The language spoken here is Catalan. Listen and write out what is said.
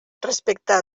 respectar